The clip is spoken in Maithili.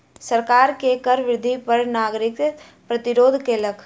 सरकार के कर वृद्धि पर नागरिक प्रतिरोध केलक